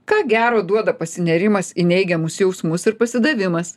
ką gero duoda pasinėrimas į neigiamus jausmus ir pasidavimas